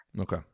Okay